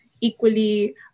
equally